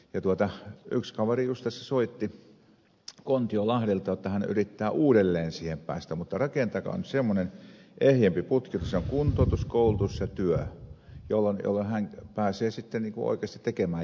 yksi kaveri tässä juuri soitti kontiolahdelta että hän yrittää uudelleen siihen päästä mutta rakentakaa nyt semmoinen ehjempi putki että siinä on kuntoutus koulutus ja työ jolloin hän pääsee oikeasti tekemään jotain